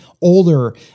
older